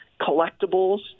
collectibles